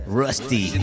rusty